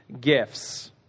gifts